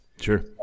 Sure